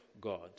God